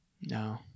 No